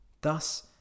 Thus